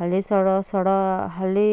ಹಳ್ಳಿ ಸೊಡೊ ಸೊಡೊ ಹಳ್ಳಿ